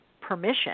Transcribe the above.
permission